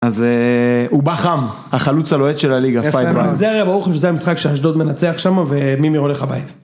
אז הוא בא חם, החלוץ הלוהט של הליגה, פיינד וואו. יפה, זה היה משחק שאשדוד מנצח שם, ומימי הולך הביתה.